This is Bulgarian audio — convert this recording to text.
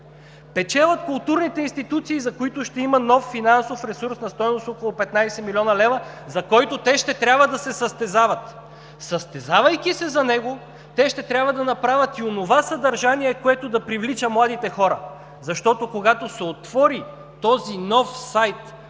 Печелят културните институции, за които ще има нов финансов ресурс на стойност около 15 млн. лв., за който те ще трябва да се състезават. Състезавайки се за него, те ще трябва да направят и онова съдържание, което да привлича младите хора, защото, когато се отвори този нов сайт,